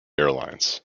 airlines